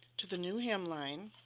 to the new hem line